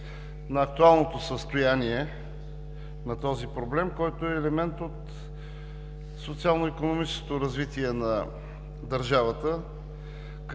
на актуалното състояние на този проблем, който е елемент от социално-икономическото развитие на държавата?